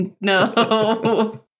No